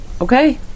Okay